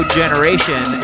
generation